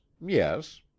yes